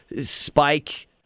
spike